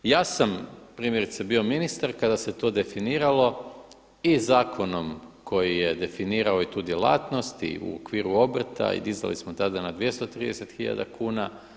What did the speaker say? Ja sam primjerice bio ministar kada se to definiralo i zakonom koji je definirao i tu djelatnost i u okviru obrta i dizali smo tada na 230 hiljada kuna.